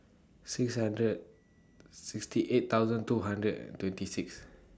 six hundred sixty eight thousand two hundred and twenty six